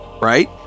right